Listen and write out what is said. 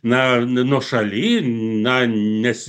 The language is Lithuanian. nuošalį na nes